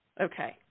Okay